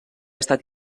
estat